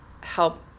help